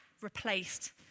replaced